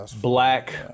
black